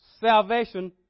salvation